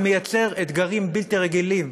זה מייצר אתגרים בלתי רגילים.